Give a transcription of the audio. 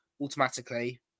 automatically